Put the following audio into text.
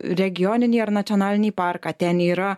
regioninį ar nacionalinį parką ten yra